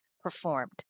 performed